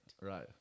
Right